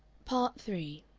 part three